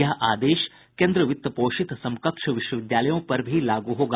यह आदेश केन्द्र वित्त पोषित समकक्ष विश्वविद्यालयों पर भी लागू होगा